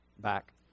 back